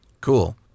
Cool